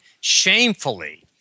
shamefully